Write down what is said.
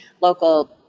local